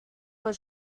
were